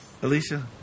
Alicia